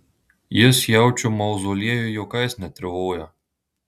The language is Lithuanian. jis jaučiu mauzoliejuj juokais netrivoja